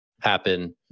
happen